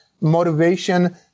motivation